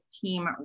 team